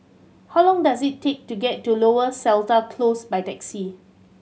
how long does it take to get to Lower Seletar Close by taxi